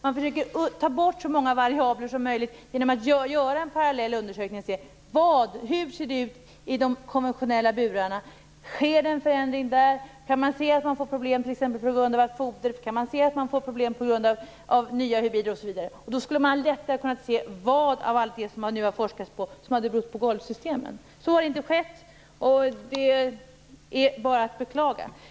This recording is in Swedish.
Man försöker alltså ta bort så många variabler som möjligt genom att göra en parallell undersökning och se hur det ser ut i de konventionella burarna. Sker det en förändring där? Kan man se att det blir problem t.ex. på grund av foder? Kan man se att det blir problem på grund av nya hybrider osv.? Man skulle alltså lättare kunna se vad av allt det som det forskats kring som beror på golvsystemen. Så har inte skett. Detta är bara att beklaga.